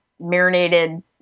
marinated